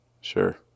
Sure